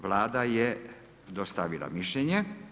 Vlada je dostavila mišljenje.